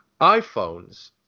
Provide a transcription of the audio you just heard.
iphones